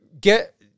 get